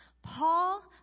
Paul